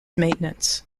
maintenance